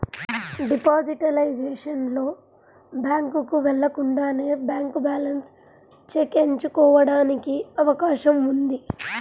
digitalisation లో, బ్యాంకుకు వెళ్లకుండానే బ్యాంక్ బ్యాలెన్స్ చెక్ ఎంచుకోవడానికి అవకాశం ఉంది